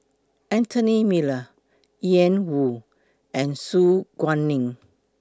Anthony Miller Ian Woo and Su Guaning